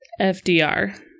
FDR